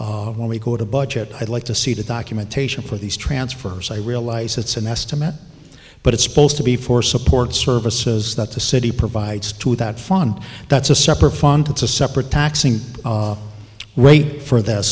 when we go to budget i'd like to see the documentation for these transfers i realize it's an estimate but it's supposed to be for support services that the city provides to that fund that's a separate fund it's a separate taxing rate for that